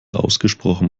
ausgesprochen